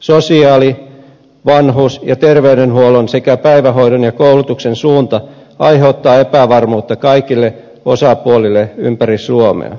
sosiaali vanhus ja terveydenhuollon sekä päivähoidon ja koulutuksen suunta aiheuttaa epävarmuutta kaikille osapuolille ympäri suomea